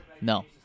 No